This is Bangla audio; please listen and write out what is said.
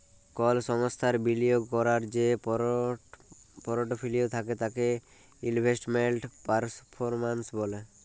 কল সংস্থার বিলিয়গ ক্যরার যে পরটফলিও থ্যাকে তাকে ইলভেস্টমেল্ট পারফরম্যালস ব্যলে